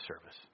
service